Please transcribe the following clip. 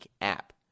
app